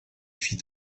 fit